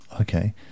Okay